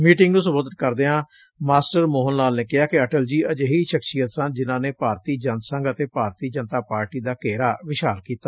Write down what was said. meeting ਨੂੰ ਸੰਬੋਧਿਤ ਕਰਦਿਆਂ ਮਾਸਟਰ ਮੋਹਨ ਲਾਲ ਨੇ ਕਿਹਾ ਕਿ ਅਟਲ ਜੀ ਅਜਿਹੀ ਸ਼ਖਸੀਅਤ ਸਨ ਜਿਨਾਂ ਨੇ ਭਾਰਤੀ ਜਨਸੰਘ ਅਤੇ ਭਾਰਤੀ ਜਨਤਾ ਪਾਰਟੀ ਦਾ ਘੇਰਾ ਵਿਸ਼ਾਲ ਕੀਤਾ